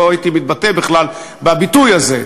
לא הייתי מתבטא בכלל בביטוי הזה.